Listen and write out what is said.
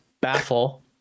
baffle